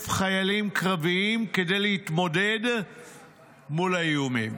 חיילים קרביים כדי להתמודד מול האיומים.